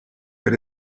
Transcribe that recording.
per